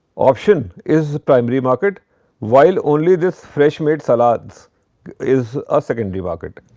option is the primary market while only this fresh made salads is a secondary market.